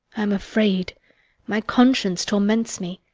i am afraid my conscience torments me.